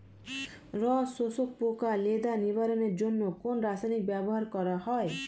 রস শোষক পোকা লেদা নিবারণের জন্য কোন রাসায়নিক ব্যবহার করা হয়?